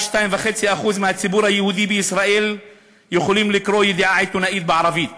רק 2.5% מהציבור היהודי בישראל יכולים לקרוא ידיעה עיתונאית בערבית,